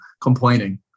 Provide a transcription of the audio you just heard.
complaining